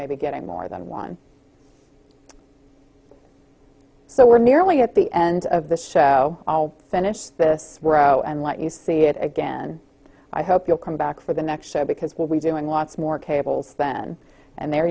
maybe getting more than one so we're nearly at the end of the show all finished this were no and let you see it again i hope you'll come back for the next show because we'll be doing lots more cables then and there